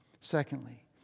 Secondly